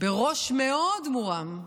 בראש מאוד מורם.